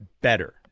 better